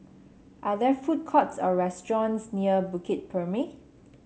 are there food courts or restaurants near Bukit Purmei